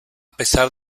pesar